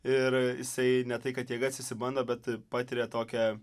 ir jisai ne tai kad jėgas išsibando bet patiria tokią